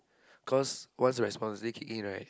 cause once the responsibility kick in right